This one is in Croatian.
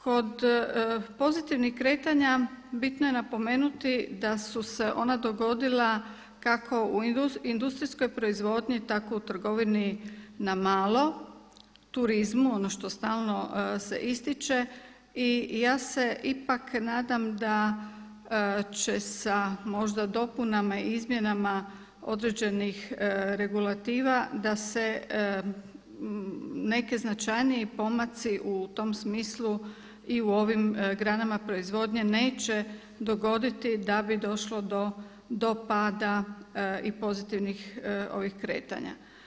Kod pozitivnih kretanja bitno je napomenuti da su se ona dogodila kako u industrijskoj proizvodnji, tako u trgovini na malo, turizmu ono što stalno se ističe i ja se ipak nadam da će sa možda dopunama i izmjenama određenih regulativa, da se neki značajniji pomaci u tom smislu i u ovim granama proizvodnje neće dogoditi da bi došlo do pada i pozitivnih ovih kretanja.